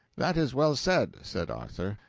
that is well said, said arthur,